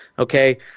Okay